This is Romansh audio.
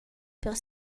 per